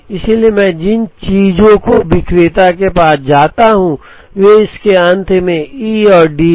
इसलिए मैं जिन चीजों को विक्रेता के पास जाता हूं वे इसके अंत में ई और डी हैं